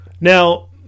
Now